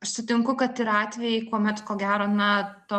aš sutinku kad yra atvejai kuomet ko gero na to